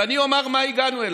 ואני אומר למה הגענו.